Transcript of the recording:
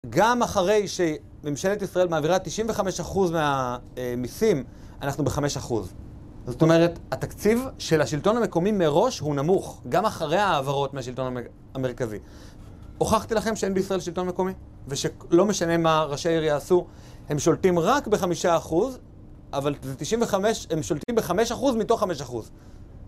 גם אחרי שממשלת ישראל מעבירה 95% מהמיסים, אנחנו ב-5%. זאת אומרת, התקציב של השלטון המקומי מראש הוא נמוך, גם אחרי ההעברות מהשלטון המרכזי. הוכחתי לכם שאין בישראל שלטון מקומי, ושלא משנה מה ראשי העיר יעשו, הם שולטים רק ב-5%, אבל זה 95 הם שולטים ב-5% מתוך 5%.